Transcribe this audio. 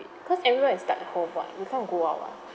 ~dy cause everyone is stuck home [what] we can't go out [what]